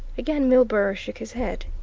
again milburgh shook his head.